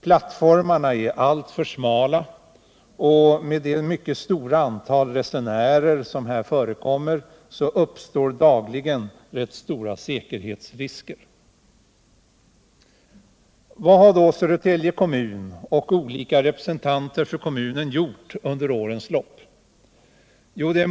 Plattformarna är alltför smala, och med det mycket stora antalet resenärer uppstår det dagligen rätt allvarliga säkerhetsrisker. Vad har då Södertälje kommun och olika representanter för kommunen gjort under årens lopp?